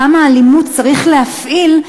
כמה אלימות צריך להפעיל,